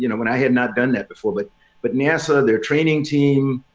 you know when i had not done that before. but but nasa, their training team,